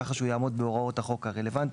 כדי לעמוד בהוראות החוק הרלוונטיות: